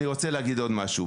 אני רוצה להגיד עוד משהו.